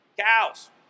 Cows